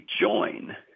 join